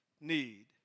need